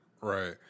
Right